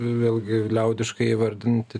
vėlgi liaudiškai įvardinti